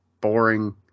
Boring